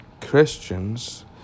Christians